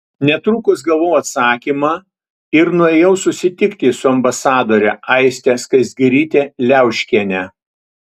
netrukus gavau atsakymą ir nuėjau susitikti su ambasadore aiste skaisgiryte liauškiene